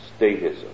statism